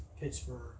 Pittsburgh